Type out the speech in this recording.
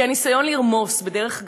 כי הניסיון לרמוס בדרך גסה,